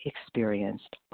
experienced